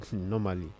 normally